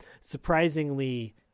surprisingly